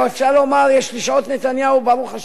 אפשר לומר שיש לי שעות נתניהו, ברוך השם,